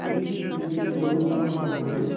طریٖق ییٚمہِ سۭتۍ أسۍ لُکَن تام ہٮ۪کو وٲتِتھ